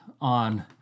on